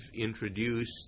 introduced